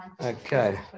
Okay